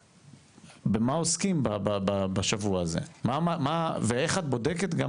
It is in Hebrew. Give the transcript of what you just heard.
במה עוסקים בשבוע הזה ואיך את בודקת גם